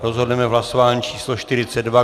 Rozhodneme v hlasování číslo 42.